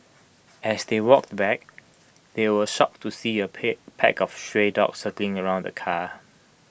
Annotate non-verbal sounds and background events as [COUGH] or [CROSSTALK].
[NOISE] as they walked back they were shocked to see A pick pack of stray dogs circling around the car